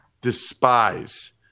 despise